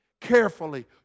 carefully